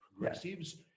progressives